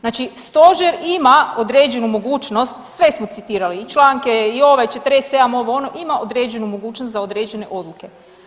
Znači Stožer ima određenu mogućnost, sve smo citirali i članke i ovaj 47., ovo ono, ima određenu mogućnost za određene odluke.